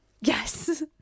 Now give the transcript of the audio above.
Yes